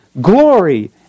glory